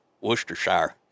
Worcestershire